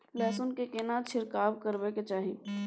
लहसुन में केना छिरकाव करबा के चाही?